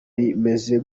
rimeze